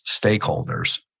stakeholders